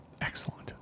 excellent